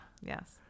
yes